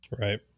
Right